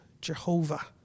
Jehovah